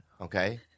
okay